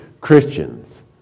Christians